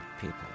people